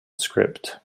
script